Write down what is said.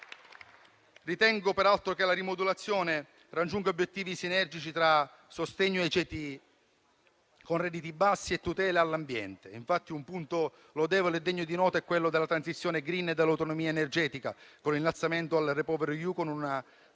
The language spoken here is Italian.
Ritengo peraltro che la rimodulazione raggiunga obiettivi sinergici tra sostegno ai ceti con redditi bassi e tutela dell'ambiente. Infatti, un punto lodevole e degno di nota è quello della transizione *green* e dall'autonomia energetica, con l'innalzamento del REPowerEU che ha una